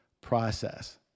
process